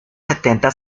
setenta